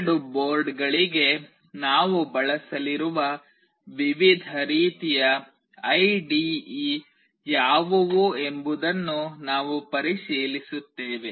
ಎರಡು ಬೋರ್ಡ್ಗಳಿಗೆ ನಾವು ಬಳಸಲಿರುವ ವಿವಿಧ ರೀತಿಯ ಐಡಿಇ ಯಾವುವು ಎಂಬುದನ್ನೂ ನಾವು ಪರಿಶೀಲಿಸುತ್ತೇವೆ